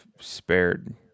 spared